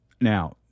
now